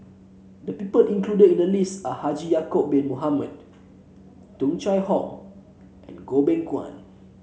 the people included in the list are Haji Ya'acob Bin Mohamed Tung Chye Hong and Goh Beng Kwan